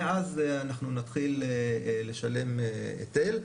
מאז אנחנו נתחיל לשלם היטל.